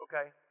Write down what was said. Okay